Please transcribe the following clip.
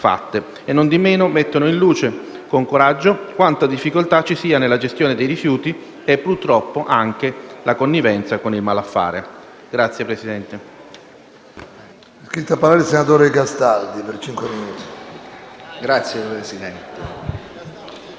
- non di meno - mettono in luce con coraggio quanta difficoltà ci sia nella gestione dei rifiuti e, purtroppo, anche la connivenza con il malaffare. *(Applausi